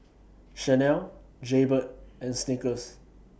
Chanel Jaybird and Snickers